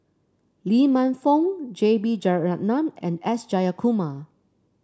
Lee Man Fong J B Jeyaretnam and S Jayakumar